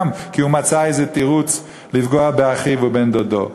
כי הוא מצא איזה תירוץ לפגוע באחיו ובן-דודו.